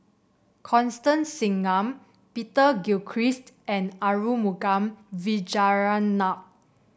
Constance Singam Peter Gilchrist and Arumugam Vijiaratnam